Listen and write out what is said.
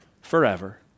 forever